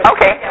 Okay